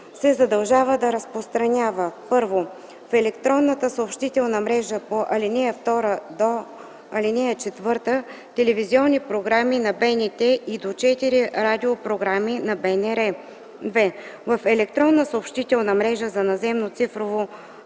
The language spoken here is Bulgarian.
се задължава да разпространява: 1. в електронната съобщителна мрежа по ал. 2 – до 4 телевизионни програми на БНТ и до 4 радио програми на БНР; 2. в електронна съобщителна мрежа за наземно цифрово